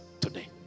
today